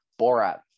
Borat